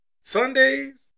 Sundays